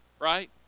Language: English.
right